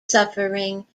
suffering